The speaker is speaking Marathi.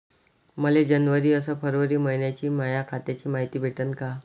मले जनवरी अस फरवरी मइन्याची माया खात्याची मायती भेटन का?